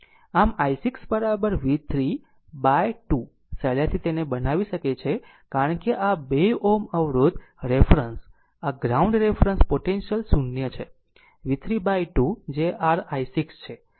આમ i6 v3 by 2 સહેલાઇથી તેને બનાવી શકે છે કારણ કે આ 2 Ω અવરોધ રેફરન્સ આ ગ્રાઉન્ડ રેફરન્સ પોટેન્શિયલ 0 છે v3 by 2 જે r i6 છે